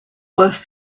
worth